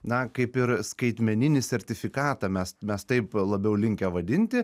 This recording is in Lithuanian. na kaip ir skaitmeninį sertifikatą mes mes taip labiau linkę vadinti